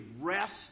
rest